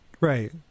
right